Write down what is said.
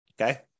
Okay